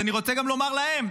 אז אני רוצה גם לומר להן: